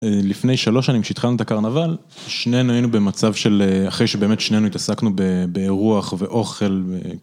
אה, לפני שלוש שנים שהתחלנו את הקרנבל, שנינו היינו במצב של אחרי שבאמת שנינו התעסקנו ב... ברוח, ואוכל ו...